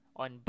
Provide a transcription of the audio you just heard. on